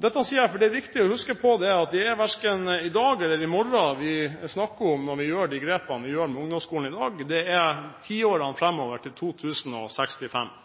Dette sier jeg fordi det er viktig å huske på at det verken er for i dag eller for i morgen vi snakker om når vi gjør de grepene vi gjør med ungdomsskolen i dag, det er tiårene framover mot 2065.